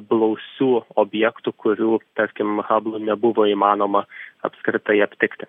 blausių objektų kurių tarkim hablu nebuvo įmanoma apskritai aptikti